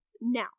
Now